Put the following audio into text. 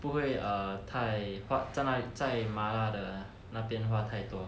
不会 err 太在麻辣的那边花太多